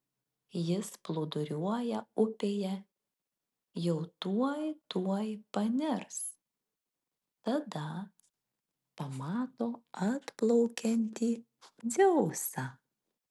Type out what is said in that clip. jis plūduriuoja upėje jau tuoj tuoj panirs tada pamato atplaukiantį dzeusą